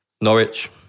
Norwich